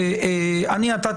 אני מבין.